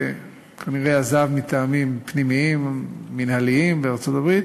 שכנראה עזב מטעמים פנימיים מינהליים בארצות-הברית,